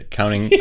counting